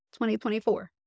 2024